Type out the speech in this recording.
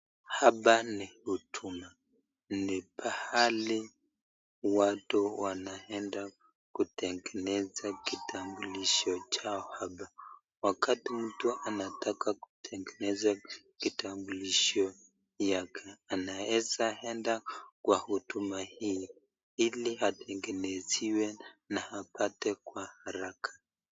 Hapa ni huduma ni pahali watu wanendea kitengenza kitambulisho chao hapa , wakati mtu anataka kitengeneza kitambulisho yake anaeza enda kwa huduma hii hili atengeneziwe na apate kwa haraka.